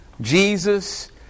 Jesus